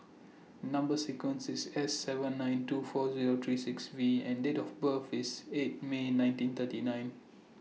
Number sequence IS S seven nine two four Zero three six V and Date of birth IS eight May nineteen thirty nine